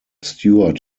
stewart